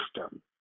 system